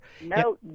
No